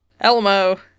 Elmo